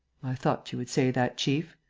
i thought you would say that, chief.